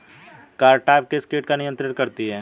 Cartap किस किट को नियंत्रित करती है?